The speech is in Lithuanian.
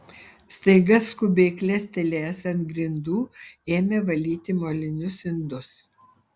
staiga skubiai klestelėjęs ant grindų ėmė valyti molinius indus